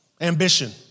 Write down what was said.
Ambition